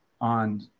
on